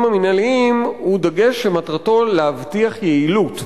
המינהליים הוא דגש שמטרתו להבטיח יעילות.